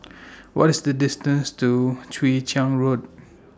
What IS The distance to Chwee Chian Road